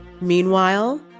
Meanwhile